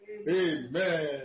Amen